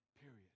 period